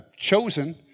chosen